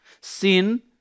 Sin